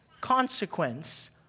consequence